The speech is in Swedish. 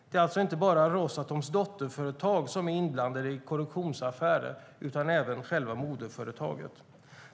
Det är alltså inte bara Rosatoms dotterföretag som är inblandat i korruptionsaffärer utan även själva moderföretaget.